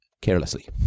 carelessly